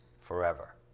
forever